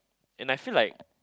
and I feel like